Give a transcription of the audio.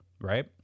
right